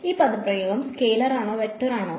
ഈ പദപ്രയോഗം സ്കെയിലറോ വെക്ടറോ ആണോ